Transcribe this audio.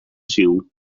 ziel